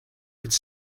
could